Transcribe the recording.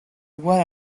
uguale